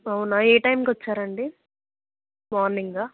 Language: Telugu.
అవునా ఏ టైంకి వచ్చారండి మోర్నింగా